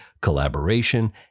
collaboration